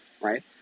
right